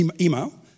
email